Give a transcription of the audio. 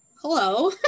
hello